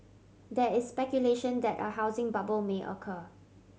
there is speculation that a housing bubble may occur